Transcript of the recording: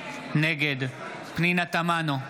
נגד פנינה תמנו,